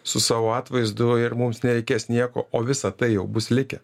su savo atvaizdu ir mums nereikės nieko o visa tai jau bus likę